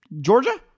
Georgia